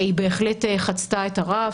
והיא בהחלט חצתה את הרף.